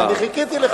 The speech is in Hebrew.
אז אני חיכיתי לך,